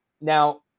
Now